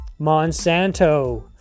Monsanto